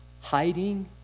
hiding